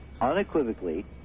unequivocally